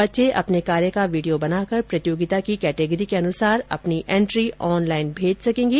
बच्चे अपने कार्य का वीडियो बनाकर प्रतियोगिता की कैटेगरी के अनुसार अपनी एंट्री ऑनलाइन भेज सकेंगे